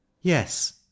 Yes